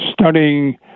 studying